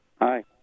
Hi